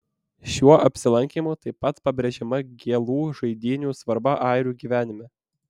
šiuo apsilankymu taip pat pabrėžiama gėlų žaidynių svarba airių gyvenime